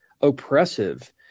oppressive